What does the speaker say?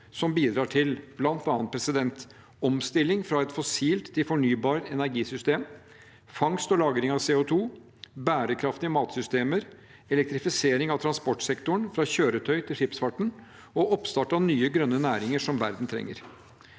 som bidrar tisl bl.a. omstilling fra et fossilt til fornybart energisystem, fangst og lagring av CO2, bærekraftige matsystemer, elektrifisering av transportsektoren fra kjøretøy til skipsfart og oppstart av nye, grønne næringer som verden trenger.